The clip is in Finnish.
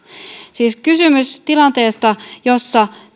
siis kysymys on tilanteesta jossa